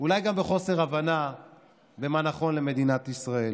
אולי גם בחוסר הבנה למה נכון למדינת ישראל